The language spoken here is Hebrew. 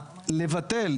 לבטל,